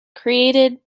created